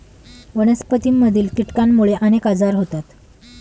वनस्पतींमधील कीटकांमुळे अनेक आजार होतात